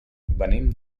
venim